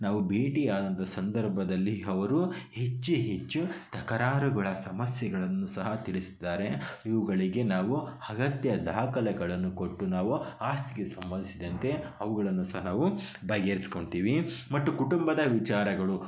ನಾವು ಭೇಟಿಯಾದ ಸಂದರ್ಭದಲ್ಲಿ ಅವರು ಹೆಚ್ಚು ಹೆಚ್ಚು ತಕರಾರುಗಳ ಸಮಸ್ಯೆಗಳನ್ನು ಸಹ ತಿಳಿಸಿದ್ದಾರೆ ಇವುಗಳಿಗೆ ನಾವು ಅಗತ್ಯ ದಾಖಲೆಗಳನ್ನು ಕೊಟ್ಟು ನಾವು ಆಸ್ತಿಗೆ ಸಂಬಂಧಿಸಿದಂತೆ ಅವುಗಳನ್ನು ಸಹ ನಾವು ಬಗೆಹರ್ಸ್ಕೊಂತೀವಿ ಮತ್ತು ಕುಟುಂಬದ ವಿಚಾರಗಳು